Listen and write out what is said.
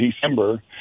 December